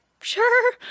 sure